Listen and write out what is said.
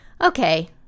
Okay